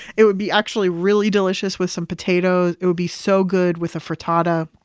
it would be actually really delicious with some potatoes. it would be so good with a frittata.